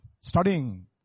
studying